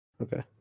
Okay